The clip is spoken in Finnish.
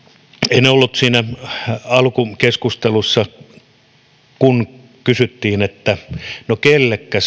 en ollut siinä alkukeskustelussa kun kysyttiin että no kellekä